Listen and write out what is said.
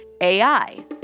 AI